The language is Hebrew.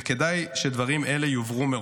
וכדאי שדברים אלה יובהרו מראש.